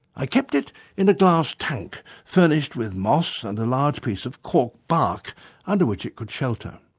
i kept it in a glass tank furnished with moss and a large piece of cork bark under which it could shelter.